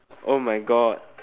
oh my god